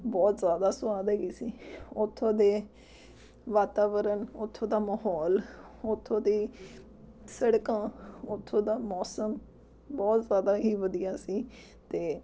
ਬਹੁਤ ਜ਼ਿਆਦਾ ਸਵਾਦ ਹੈਗੀ ਸੀ ਉਥੋਂ ਦੇ ਵਾਤਾਵਰਨ ਉਥੋਂ ਦਾ ਮਾਹੌਲ ਉਥੋਂ ਦੀ ਸੜਕਾਂ ਉਥੋਂ ਦਾ ਮੌਸਮ ਬਹੁਤ ਜ਼ਿਆਦਾ ਹੀ ਵਧੀਆ ਸੀ ਅਤੇ